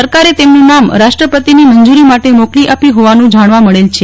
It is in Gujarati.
સરકારે તેમનું નામ રાષ્ટ્રપતિની મંજુરી માટે મોકલી આપી હોવાનું જાણવા માલેદ છે